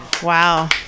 Wow